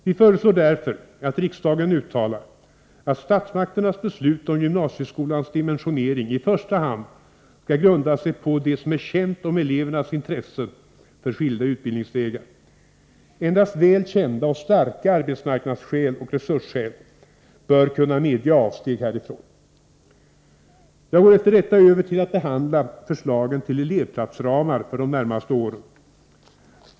Vi föreslår därför att riksdagen uttalar att statsmakternas beslut om gymnasieskolans dimensionering i första hand skall grunda sig på det som är känt om elevernas intresse för skilda utbildningsvägar. Endast väl kända och starka arbetsmarknadsskäl och resursskäl bör kunna medge avsteg härifrån. Jag går efter detta över till att behandla förslagen till elevplatsramar för de närmaste åren.